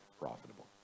profitable